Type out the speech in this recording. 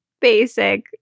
basic